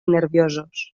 nerviosos